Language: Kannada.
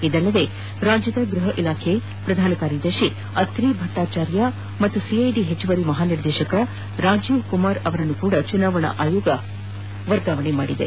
ಇದಲ್ಲದೆ ರಾಜ್ಯದ ಗೃಹ ಇಲಾಖೆ ಪ್ರಧಾನ ಕಾರ್ಯದರ್ಶಿ ಅತ್ರಿ ಭಟ್ವಾಚಾರ್ಯ ಮತ್ತು ಸಿಐದಿ ಹೆಚ್ಚುವರಿ ಮಹಾನಿರ್ದೇಶಕ ರಾಜೀವ್ ಕುಮಾರ್ ಅವರನ್ನು ಸಹ ಚುನಾವಣಾ ಆಯೋಗ ವರ್ಗಾವಣೆ ಮಾಡಿದೆ